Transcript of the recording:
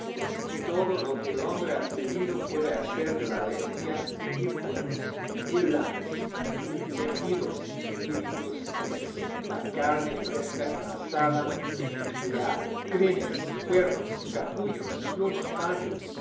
y todo lo que el hombre atrevido puede hacer de la bestia mil cueros mil lanas mil tejidos mil industrias la carne fresca en la sala de enfriar crines cuernos capullos plumas paños